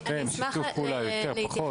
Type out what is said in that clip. שיתוף פעולה, יותר, פחות.